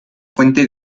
fuente